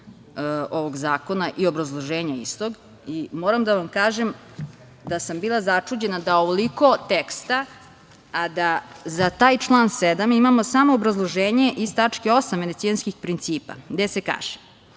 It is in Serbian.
ovog zakona i obrazloženja istog. Moram da vam kažem da sam bila začuđena da ovoliko teksta, a da za taj član 7. imamo samo obrazloženje iz tačke 8. Venecijanskih principa. Ja sad